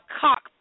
cock